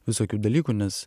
visokių dalykų nes